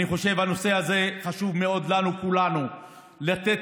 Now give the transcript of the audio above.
אני חושב שהנושא הזה חשוב מאוד לנו, כולנו, לתת